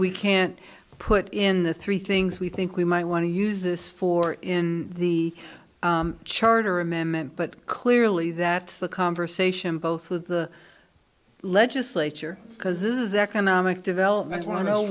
we can put in the three things we think we might want to use this for in the charter amendment but clearly that's the conversation both with the legislature because this is economic development one